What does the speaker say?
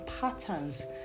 patterns